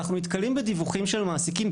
אנחנו נתקלים בדיווחים של מעסיקים,